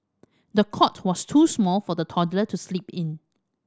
the cot was too small for the toddler to sleep in